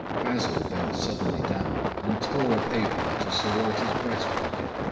basil bent suddenly down and tore a paper out of sir walter's breastpocket,